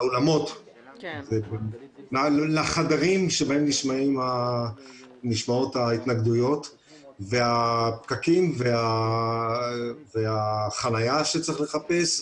ואת החדרים שבהם נשמעות ההתנגדויות והפקקים והחניה שצריך לחפש,